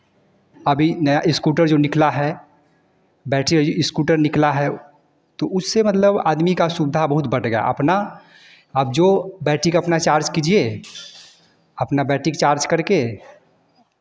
अभी नया स्कूटर जो निकला है बैटरी स्कूटर निकला है तो उससे मतलब आदमी का सुविधा बहुत बढ़ गया अपना अब जो बैटरीक अपना चार्ज़ कीजिए अपना बैटरीक चार्ज़ करके